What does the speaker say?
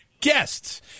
Guests